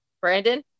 Brandon